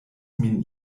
min